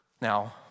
Now